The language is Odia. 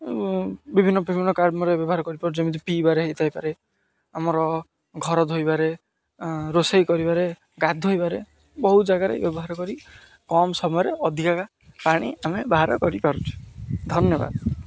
ବିଭିନ୍ନ ବିଭିନ୍ନ କାମରେ ବ୍ୟବହାର କରିପାରୁଛୁ ଯେମିତି ପିଇବାରେ ହେଇଥାଇପାରେ ଆମର ଘର ଧୋଇବାରେ ରୋଷେଇ କରିବାରେ ଗାଧୋଇବାରେ ବହୁତ ଜାଗାରେ ବ୍ୟବହାର କରି କମ୍ ସମୟରେ ଅଧିକା ପାଣି ଆମେ ବାହାର କରିପାରୁଛୁ ଧନ୍ୟବାଦ